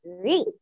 great